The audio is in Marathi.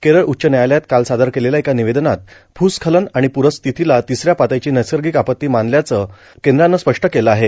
केरळ उच्च न्यायालयात काल सादर केलेल्या एका निवेदनात भूस्खलन आणि पूरस्थितीला तिसऱ्या पातळीची नैसर्गिक आपत्ती मानल्याचं केंद्रानं स्पष्ट केलं आहे